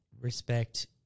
Respect